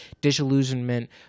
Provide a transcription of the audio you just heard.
Disillusionment